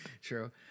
True